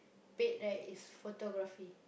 paid right is photography